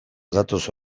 datoz